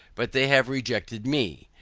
but they have rejected me,